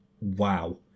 Wow